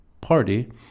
party